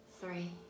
three